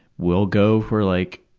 will go for, like,